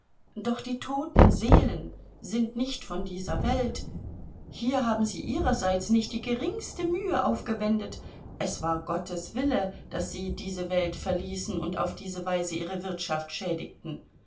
doch die toten seelen sind nicht von dieser welt hier haben sie ihrerseits nicht die geringste mühe aufgewendet es war gottes wille daß sie diese welt verließen und auf diese weise ihre wirtschaft schädigten